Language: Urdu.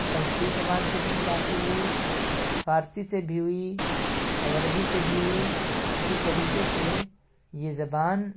سنسکرت زبان سے بھی متاثر ہوئی فارسی سے بھی ہوئی اور عربی سے بھی ہوئی اسی طریقے سے یہ زبان